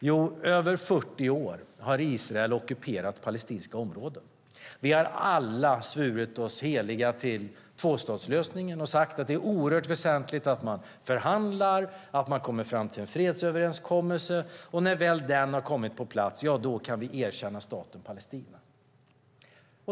Jo, i över 40 år har Israel ockuperat palestinska områden. Vi har alla svurit oss heliga till tvåstatslösningen och sagt att det är oerhört väsentligt att man förhandlar, att man kommer fram till en fredsöverenskommelse och att när väl den har kommit på plats kan vi erkänna staten Palestina.